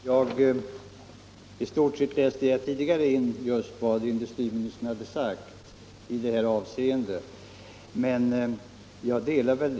Herr talman! Tidigare läste jag in i stort sett vad industriministern hade sagt i detta avseende.